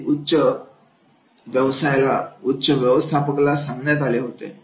ते उच्च व्यवस्थापनाला उच्च व्यवस्थापकाला सांगण्यात आले होते